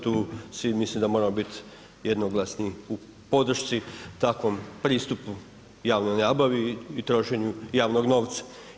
Tu si mislim da svi moramo biti jednoglasni u podršci takvom pristupu javnoj nabavi i trošenju javnog novca.